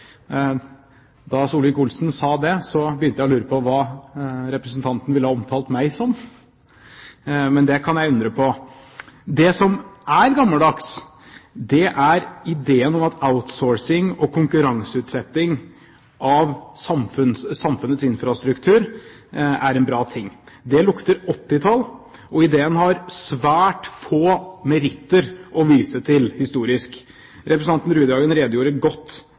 Da Solvik-Olsen sa det, begynte jeg å lure på hva representanten ville ha omtalt meg som, men det kan jeg bare undre på. Det som er gammeldags, er ideen om at outsourcing og konkurranseutsetting av samfunnets infrastruktur, er en bra ting. Det lukter 1980-tall, og ideen har svært få meritter å vise til, historisk. Representanten Rudihagen redegjorde godt